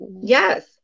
Yes